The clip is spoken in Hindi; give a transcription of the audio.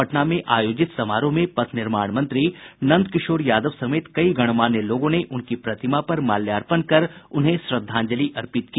पटना में आयोजित समारोह में पथ निर्माण मंत्री नंदकिशोर यादव समेत कई गणमान्य लोगों ने उनकी प्रतिमा पर माल्यार्पण कर उन्हें श्रद्धांजलि अर्पित की